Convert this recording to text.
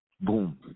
Boom